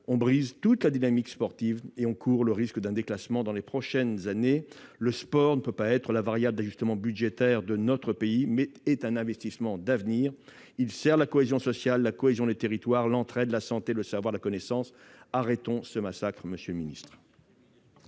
on brise toute la dynamique sportive et on court le risque d'un déclassement dans les prochaines années. Le sport doit être considéré non pas comme la variable d'ajustement budgétaire de notre pays, mais comme un investissement d'avenir. Il sert la cohésion sociale, la cohésion des territoires, l'entraide, la santé, le savoir et la connaissance. Arrêtons ce massacre, monsieur le secrétaire